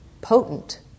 potent